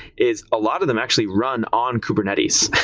is a lot of them actually run on kubernetes,